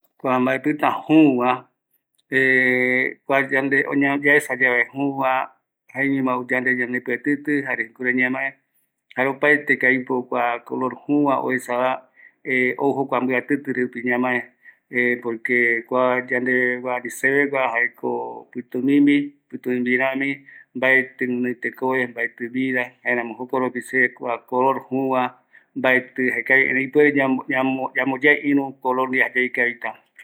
Kua maepïta jüva, kua yande yaesa yave jüva, jaeñoma ou yandeve yande pïatïtï, jare kurai ñamae, jare opaeteko aipo kua color jüva oesava, ou jokua mbïatïtï rupi ñamae, por que kua yandeveguara, sevegua jaeko pïtümimbi rami, maetï guinoi tekove, maeti vida, jaeramo jokoropi se kua color jüvä, maetï ikavi, erei ipuere yamboyea ïrü color ndive, jayave ikavita.